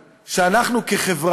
מה קרה לנו שאנחנו כחברה,